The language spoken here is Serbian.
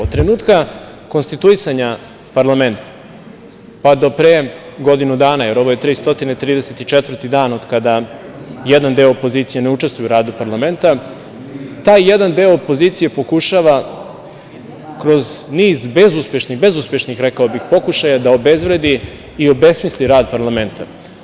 Od trenutka konstituisanja parlamenta pa do pre godinu dana, jer ovo je 334 dan od kada jedan deo opozicije ne učestvuje u radu parlamenta, taj jedan deo opozicije pokušava kroz niz bezuspešnih rekao bih pokušaja da obezvredi i obesmisli rad parlamenta.